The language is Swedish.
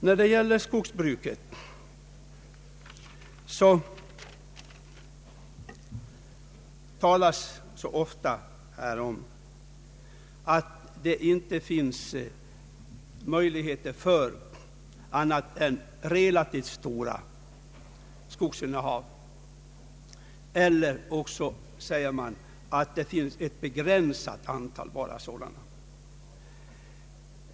När det gäller skogsbruket får man så ofta höra att det inte är möjligt att driva annat än relativt stora skogsinnehav på ett lönsamt sätt, eller också att det finns utrymme för endast ett mindre antal skogsinnehav.